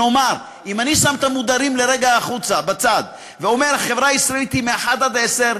אם אני שם את המודרים לרגע בצד ואומר שהחברה הישראלית היא מ-1 עד 10,